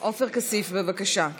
עופר כסיף, בבקשה.